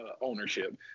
ownership